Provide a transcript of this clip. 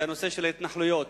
הנושא של ההתנחלויות.